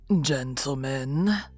Gentlemen